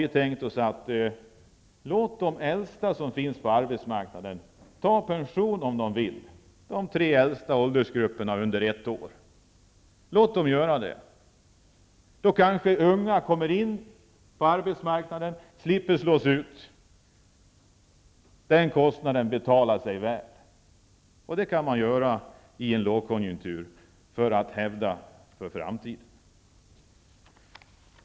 Vi har tänkt oss att man kan låta de äldsta som finns på arbetsmarknaden gå i pension om de vill. Det skulle kunna gälla de tre äldsta åldersgrupperna under ett år. Låt dem göra det! Då kan kanske unga komma in på arbetsmarknaden och slipper slås ut. Den kostnaden betalar sig väl. Det kan man göra i en lågkonjunktur för att klara framtiden. Fru talman!